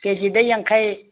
ꯀꯦꯖꯤꯗ ꯌꯥꯡꯈꯩ